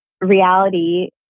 reality